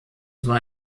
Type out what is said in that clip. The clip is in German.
war